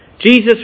Jesus